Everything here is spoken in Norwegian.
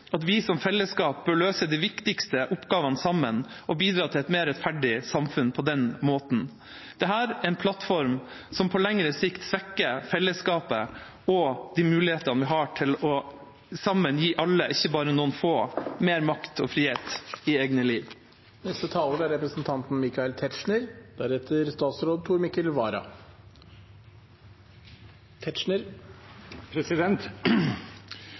at vi som fellesskap bør løse de viktigste oppgavene sammen og bidra til et mer rettferdig samfunn på den måten. Dette er en plattform som på lengre sikt svekker fellesskapet og de mulighetene vi har til sammen å gi alle – ikke bare noen få – mer makt og frihet i egne liv.